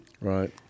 Right